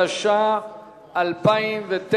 התש"ע 2009,